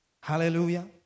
Hallelujah